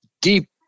deep